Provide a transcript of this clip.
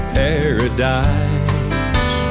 paradise